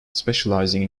specializing